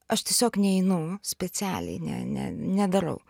aš tiesiog neinu specialiai ne ne nedarau